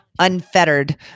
Unfettered